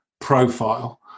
profile